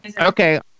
Okay